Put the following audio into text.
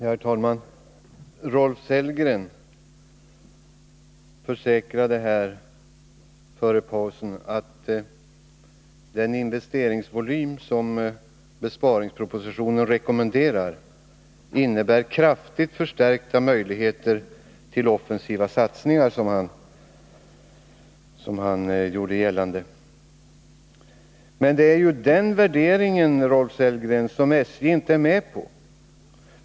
Herr talman! Rolf Sellgren försäkrade före pausen att den investeringsvolym som besparingspropositionen rekommenderar innebär kraftigt förstärkta möjligheter till offensiva satsningar. Men det är denna värdering, Rolf Sellgren, som SJ inte är med på.